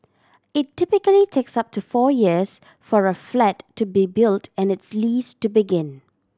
it typically takes up to four years for a flat to be built and its lease to begin